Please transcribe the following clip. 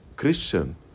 Christian